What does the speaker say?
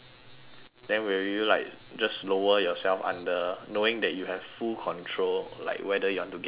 then will you like just lower yourself under knowing that you have full control like whether you want to get out or not